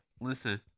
Listen